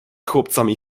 chłopcami